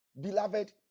Beloved